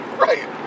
Right